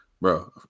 bro